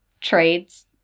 trades